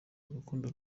rukundo